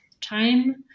time